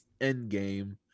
Endgame